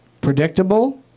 predictable